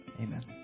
Amen